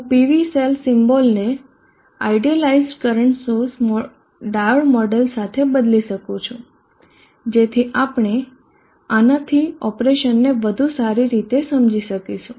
હું PV cell સીમ્બોલને idealized current source diode model સાથે બદલી શકું છું જેથી આપણે આનાથી ઓપરેશનને વધુ સારી રીતે સમજી શકીશું